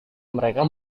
mereka